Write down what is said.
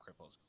cripples